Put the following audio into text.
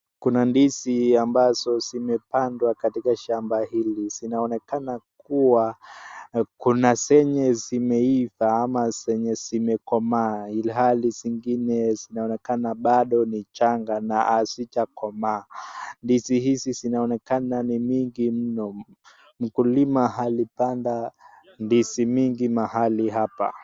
Kuna ndizi ambazo zimepandwa katika shamba hili. Zinaonekana kuwa kuna zenye zimeiva ama zenye zimekomaa ilhali zingine zinaonekana bado ni changa na hazijakomaa. Ndizi hizi zinaonekana ni mingi mno mkulima alipanda ndizi nyingi mahali hapa.